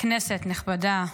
כנסת נכבדה,